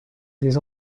des